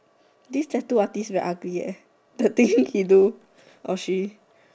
this tattoo artist very ugly the thing he do or she